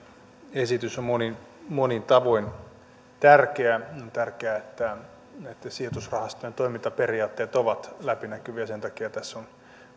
esitys on monin monin tavoin tärkeä on tärkeää että sijoitusrahastojen toimintaperiaatteet ovat läpinäkyviä sen takia tässä on